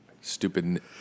Stupid